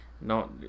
No